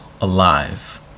alive